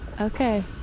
Okay